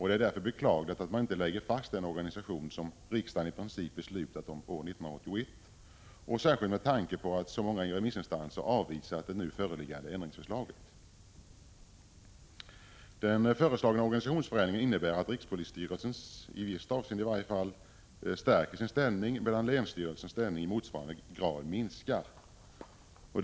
Det är därför beklagligt att man inte lägger fast den organisation som riksdagen i princip beslutat om år 1981, särskilt med tanke på att så många remissinstanser avvisat det nu föreliggande ändringsförslaget. Den föreslagna organisationsförändringen innebär att rikspolisstyrelsens ställning stärks — i varje fall i ett visst avseende —, medan länsstyrelsens ställning i motsvarande grad försvagas.